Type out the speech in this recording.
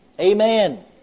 Amen